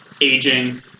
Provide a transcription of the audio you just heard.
aging